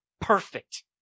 Perfect